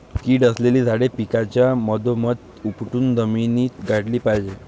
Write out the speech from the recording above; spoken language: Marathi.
कीड असलेली झाडे पिकाच्या मधोमध उपटून जमिनीत गाडली पाहिजेत